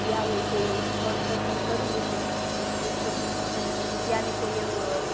ગયાં હોય કોઈ એવું સ્થળ પસંદ કરી લીધું તો સ્ટ્રીટ શોપિંગમાં જઈએ પછી ત્યાંની કોઈ એવું